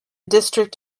district